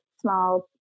small